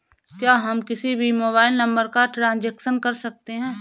क्या हम किसी भी मोबाइल नंबर का ट्रांजेक्शन कर सकते हैं?